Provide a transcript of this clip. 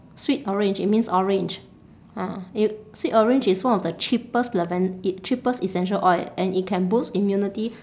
sweet orange it means orange ah it sweet orange is one of the cheapest laven~ it cheapest essential oil and it can boost immunity